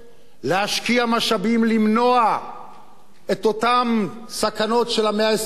להשקיע משאבים למנוע את אותן סכנות של המאה ה-21,